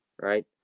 right